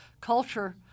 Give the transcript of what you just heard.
culture